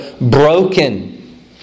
broken